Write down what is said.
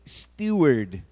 steward